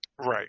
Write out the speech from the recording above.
right